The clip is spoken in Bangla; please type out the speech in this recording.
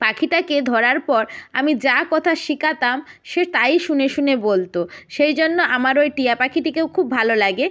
পাখিটাকে ধরার পর আমি যা কথা শেখাতাম সে তাই শুনে শুনে বলত সেই জন্য আমার ওই টিয়া পাখিটিকেও খুব ভালো লাগে